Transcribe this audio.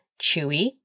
chewy